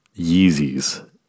yeezys